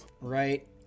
Right